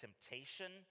temptation